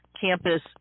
campus